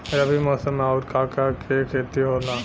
रबी मौसम में आऊर का का के खेती होला?